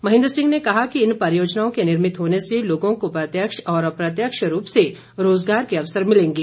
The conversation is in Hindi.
महेंद्र सिंह ने कहा इन परियोजनाओं के निर्भित होने से लोगों को प्रत्यक्ष और अप्रत्यक्ष रूप से रोजगार के अवसर मिलेंगे